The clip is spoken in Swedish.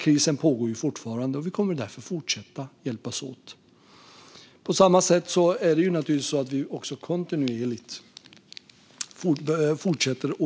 Krisen pågår fortfarande. Vi kommer därför att fortsätta hjälpas åt. På samma sätt fortsätter vi naturligtvis att kontinuerligt